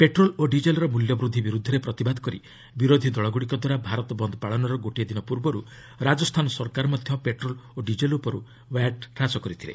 petrol ଓ ଡିଜେଲ୍ର ମୂଲ୍ୟ ବୃଦ୍ଧି ବିରୁଦ୍ଧରେ ପ୍ରତିବାଦ କରି ବିରୋଧୀ ଦଳଗ୍ରଡ଼ିକ ଦ୍ୱାରା ଭାରତ ବନ୍ଦ ପାଳନର ଗୋଟିଏ ଦିନ ପୂର୍ବର୍ ରାଜସ୍ଥାନ ସରକାର ପେଟ୍ରୋଲ୍ ଓ ଡିକେଲ୍ ଉପର୍ ମଧ୍ୟ ଭ୍ୟାଟ୍ ହ୍ରାସ କରିଥିଲେ